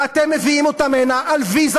ואתם מביאים אותם הנה על ויזה,